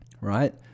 right